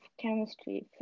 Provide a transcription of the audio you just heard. chemistry